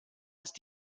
ist